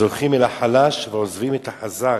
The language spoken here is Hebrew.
אז הולכים אל החלש ועוזבים את החזק.